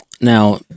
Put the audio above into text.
Now